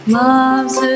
love's